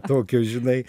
tokio žinai